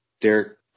Derek